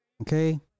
Okay